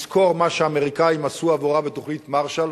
יש לזכור מה שהאמריקנים עשו עבורם בתוכנית מרשל,